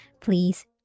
Please